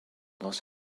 los